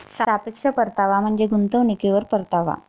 सापेक्ष परतावा म्हणजे गुंतवणुकीवर परतावा